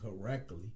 Correctly